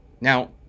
now